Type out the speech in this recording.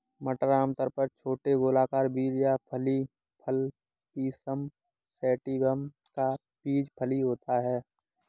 मटर आमतौर पर छोटे गोलाकार बीज या फली फल पिसम सैटिवम का बीज फली होता है